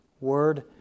word